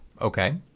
Okay